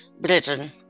britain